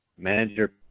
Manager